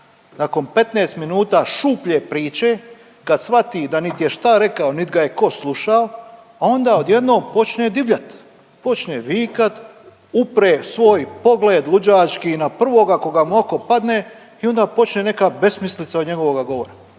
nakon 15 minuta šuplje priče kad svati da nit je šta rekao nit ga je ko slušao, a onda odjednom počne divljat, počne vikat, upre svoj pogled luđački na prvoga koga mu oko padne i onda počne neka besmislica od njegovog govora.